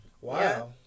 Wow